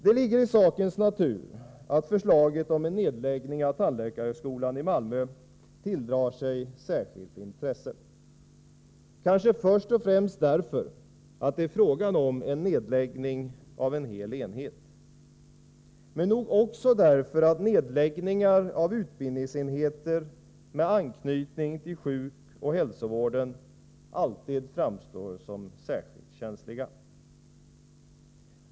Det ligger i sakens natur att förslaget om en nedläggning av tandläkarhögskolan i Malmö tilldrar sig särskilt intresse, kanske först och främst därför att det är fråga om nedläggning av en hel enhet. Troligen beror intresset också på att nedläggning av utbildningsenheter med anknytning till sjukoch hälsovården alltid framstår som särskilt känsliga.